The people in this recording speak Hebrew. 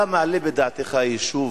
אתה מעלה בדעתך יישוב,